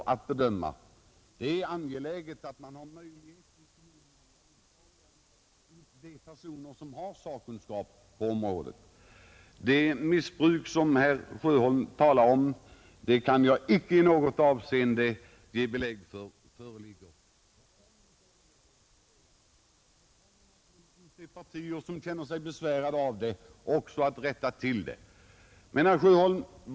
Det är angeläget att kommunerna har möjlighet att dra nytta av de personer som äger sakkunskap på området. Jag kan inte i något avseende ge belägg för att det missbruk föreligger som herr Sjöholm talar om. Men om det föreligger sådant, kommer naturligtvis de partier som känner sig besvärade av det att rätta till saken.